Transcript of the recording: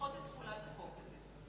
לדחות את תחולת החוק הזה.